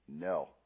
No